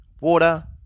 water